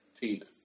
Tina